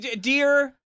Dear